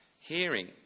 hearing